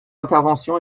intervention